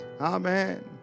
Amen